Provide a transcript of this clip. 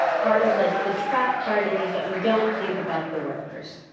part of the the trap part is that we don't think about the workers.